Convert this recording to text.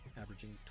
averaging